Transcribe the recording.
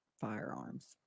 firearms